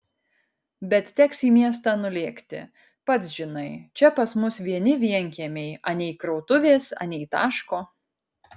bet teks į miestą nulėkti pats žinai čia pas mus vieni vienkiemiai anei krautuvės anei taško